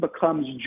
becomes